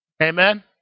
Amen